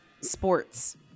sports